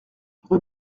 rue